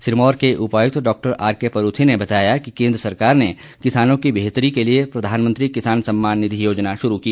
सिरमौर के उपायुक्त डॉ आरकेपरुथी ने बताया कि केंद्र सरकार ने ने किसानों की बेहतरी के लिए प्रधानमंत्री किसान सम्मान निधि योजना शुरू की